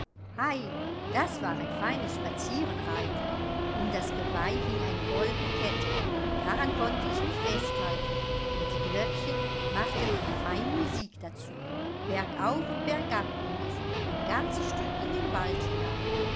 das war ein feines spazierenreiten um das geweih hing eine goldne kette daran konnte ich mich festhalten und die glöckchen machten eine feine musik dazu bergauf und bergab ging es ein ganzes stück in den wald hinein